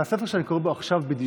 זה הספר שאני קורא בו עכשיו בדיוק.